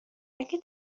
اگه